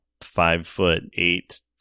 five-foot-eight